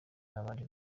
n’abandi